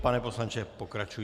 Pane poslanče, pokračujte.